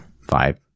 five